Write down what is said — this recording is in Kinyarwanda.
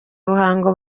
ruhango